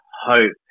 hope